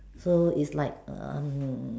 so is like um